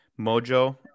Mojo